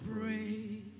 praise